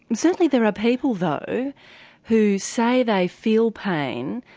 certainly there are people though who say they feel pain,